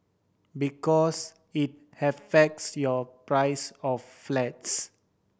because it affects your price of flats